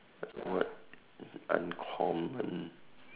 what uncommon